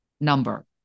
number